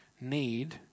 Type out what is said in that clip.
need